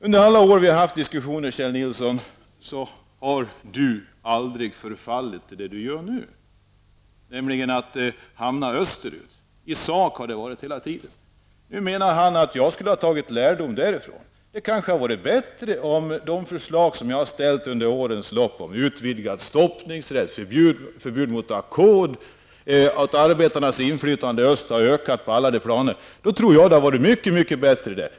Under alla år som vi har diskuterat här har Kjell Nilsson aldrig förfallit som han nu gör, nämligen i fråga om öst. I sak har det alltid varit så hela tiden, men nu säger Kjell Nilsson att jag skulle ha tagit lärdom österifrån. Det kanske hade varit bättre där i dag om de förslag som jag har framfört under loppens lopp här om utvidgad stoppningsrätt, förbud mot ackord och om att arbetarnas inflytande på alla planer skall öka hade genomförts.